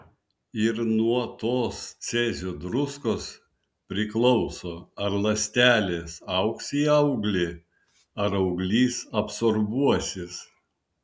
ir nuo tos cezio druskos priklauso ar ląstelės augs į auglį ar auglys absorbuosis